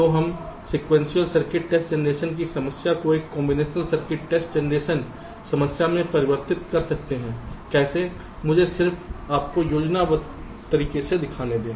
तो हम sequential circuit test generation की समस्या को एक कांबिनेशनल सर्किट टेस्ट जनरेशन समस्या में परिवर्तित कर रहे हैं कैसे मुझे सिर्फ आपको योजनाबद्ध रूप से दिखाने दें